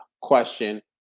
question